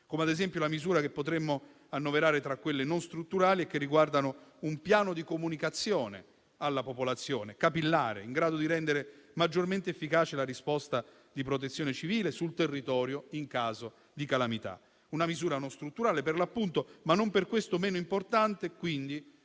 come ad esempio la misura, che potremmo annoverare tra quelle non strutturali, che riguarda un piano di comunicazione alla popolazione, capillare e in grado di rendere maggiormente efficace la risposta di protezione civile sul territorio in caso di calamità. Una misura non strutturale per l'appunto, ma non per questo meno importante e quindi